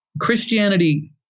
Christianity